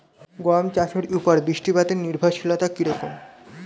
গম চাষের উপর বৃষ্টিপাতে নির্ভরশীলতা কী রকম?